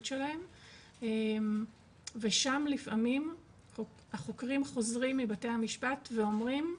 שלהם ושם לפעמים החוקרים חוזרים מבתי המשפט ואומרים,